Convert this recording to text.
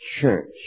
church